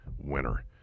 winner